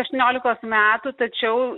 aštuoniolikos metų tačiau